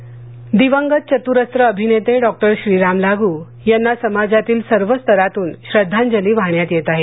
लाग श्रद्वांजली दिवंगत चतुरस्त्र अभिनेते डॉक्टर श्रीराम लागू यांना समाजातील सर्व स्तरांतून श्रद्धांजली वाहण्यात येत आहे